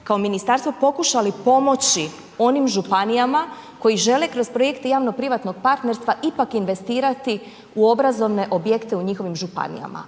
kao ministarstvo pokušali pomoći onim županijama koji žele kroz projekte javno privatnog partnerstva ipak investirati u obrazovne objekte u njihovim županijama.